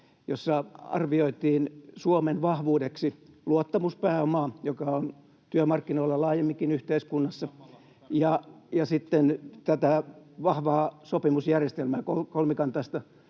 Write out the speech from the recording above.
jossa arvioitiin Suomen vahvuudeksi luottamuspääomaa, joka on työmarkkinoilla laajemminkin yhteiskunnassa, ja sitten tätä vahvaa sopimusjärjestelmää, kolmikantaista